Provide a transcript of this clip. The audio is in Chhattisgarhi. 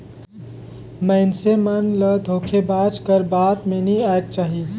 मइनसे मन ल धोखेबाज कर बात में नी आएक चाही